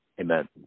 Amen